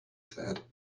said